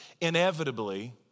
inevitably